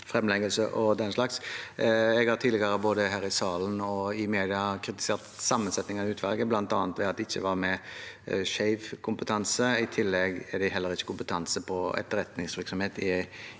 Jeg har tidligere, både her i salen og i media, kritisert sammensetningen av utvalget, bl.a. at det ikke var med skeiv kompetanse. I tillegg er det heller ikke kompetanse på etterretningsvirksomhet i utvalget.